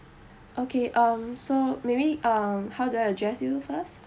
okay um so maybe um how do I address you first